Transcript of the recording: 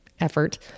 effort